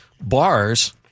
bars